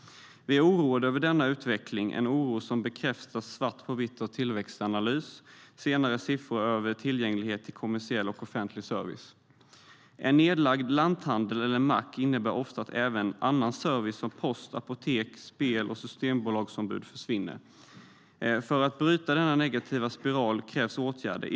Vi är oroade över denna utveckling, en oro som bekräftas i svart på vitt av Tillväxtanalys senaste siffror över tillgänglighet till kommersiell och offentlig service. En nedlagd lanthandel eller mack innebär ofta att även annan service som post-, apoteks-, spel och systembolagsombud försvinner. För att bryta denna negativa spiral krävs åtgärder.